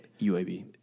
UAB